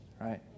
right